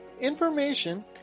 information